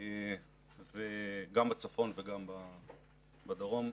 גם בצפון וגם בדרום.